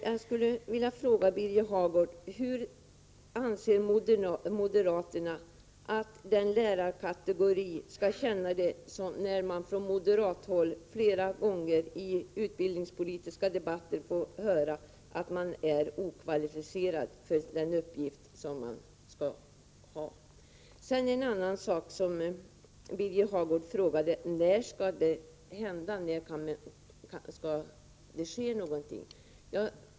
Jag skulle vilja fråga Birger Hagård: Hur tror moderaterna att denna kategori lärare känner sig, när de från moderat håll flera gånger i utbildningspolitiska debatter får höra att de är okvalificerade för sina uppgifter? Birger Hagård ställde en fråga: När skall det ske någonting?